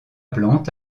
plante